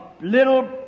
little